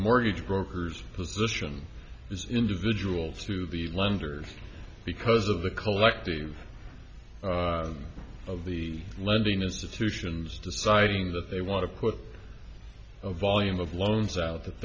mortgage brokers position individuals to the lenders because of the collective of the lending institutions deciding that they want to put a volume of loans out that